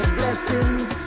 blessings